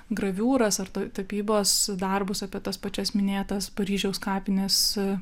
graviūras ar tapybos darbus apie tas pačias minėtas paryžiaus kapines